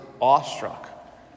awestruck